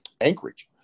Anchorage